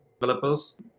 developers